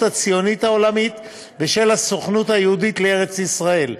הציונית העולמית ושל הסוכנות היהודית לארץ-ישראל.